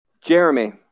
Jeremy